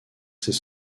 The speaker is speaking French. ces